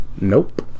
Nope